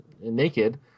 naked